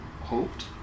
hoped